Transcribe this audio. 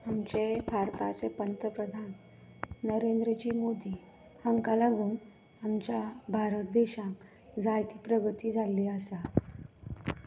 आमचे भारताचे प्रंतप्रदान नरेंद्र जी मोदी हांकां लागून आमच्या भारत देशांत जायती प्रगती जाल्ली आसा